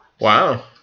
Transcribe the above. Wow